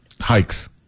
Hikes